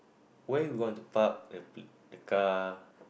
where you want to park the c~ the car